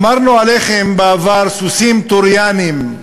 אמרנו עליכם בעבר, סוסים טרויאניים,